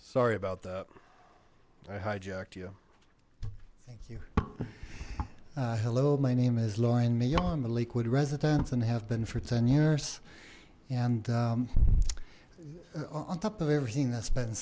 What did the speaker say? sorry about that i hijacked you thank you hello my name is lauren me on the liquid residents and have been for ten years and on top of everything that's been